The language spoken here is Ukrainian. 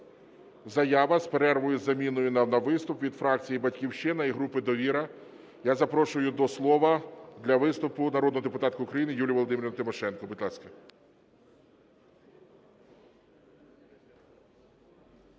заява з перервою із заміною на виступ від фракції "Батьківщина" і групи "Довіра". Я запрошую до слова для виступу народну депутатку України Юлію Володимирівну Тимошенко. Будь ласка.